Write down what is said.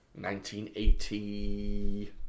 1980